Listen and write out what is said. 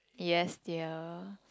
yes dear